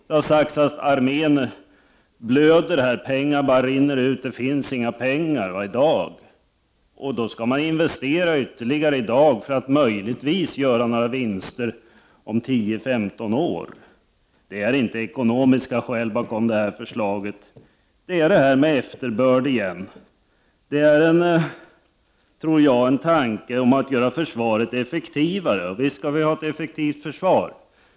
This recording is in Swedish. Det har sagts att armén blöder, att pengar bara rinner ut, att det inte finns pengar i dag — och då skall man i dag investera ytterligare för att möjligtvis göra några vinster om 10-15 år. Det är inte ekonomiska skäl som ligger bakom det här förslaget, det är detta med efterbörd igen. Det är, tror jag, en tanke om att man skall göra försvaret effektivare. Och visst skall vi ha ett effektivt försvar.